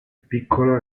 piccolo